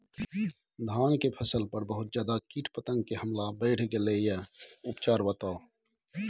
धान के फसल पर बहुत ज्यादा कीट पतंग के हमला बईढ़ गेलईय उपचार बताउ?